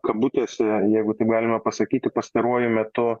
kabutėse jeigu taip galima pasakyti pastaruoju metu